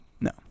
No